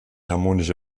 harmonische